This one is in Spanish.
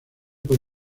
por